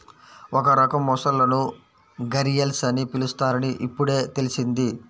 ఒక రకం మొసళ్ళను ఘరియల్స్ అని పిలుస్తారని ఇప్పుడే తెల్సింది